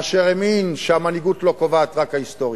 אשר האמין שהמנהיגות לא קובעת, רק ההיסטוריה.